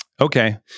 okay